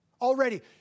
Already